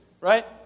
right